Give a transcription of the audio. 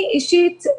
אני אישית,